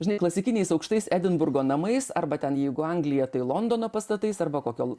žinai klasikiniais aukštais edinburgo namais arba ten jeigu anglija tai londono pastatais arba kokio